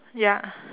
ya